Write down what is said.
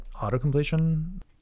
auto-completion